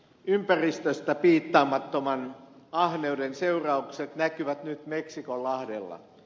ympäristöstä piittaamattoman ahneuden seuraukset näkyvät nyt meksikonlahdella